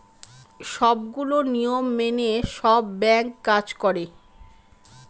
সবগুলো নিয়ম মেনে সব ব্যাঙ্ক কাজ করে